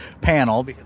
panel